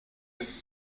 نویسنده